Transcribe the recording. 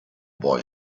boy